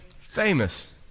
famous